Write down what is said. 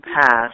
past